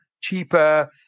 cheaper